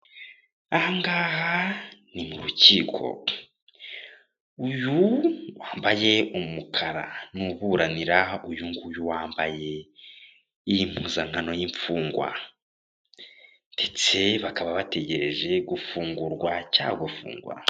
Aha ngaha ni mu rukiko, uyu wambaye umukara ni uburanira uyu nguye wambaye iyi mpuzankano y'imfungwa, ndetse bakaba bategereje gufungurwa cyangwa gufungwa.